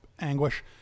anguish